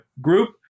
Group